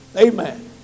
Amen